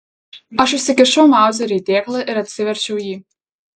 aš įsikišau mauzerį į dėklą ir atsiverčiau jį